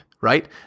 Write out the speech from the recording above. right